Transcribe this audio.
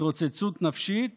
התרוצצות נפשית